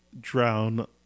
drown